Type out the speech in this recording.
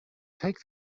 take